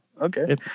okay